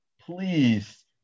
Please